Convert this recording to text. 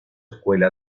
escuela